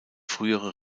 frühere